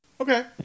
Okay